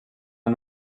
amb